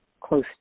close